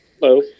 Hello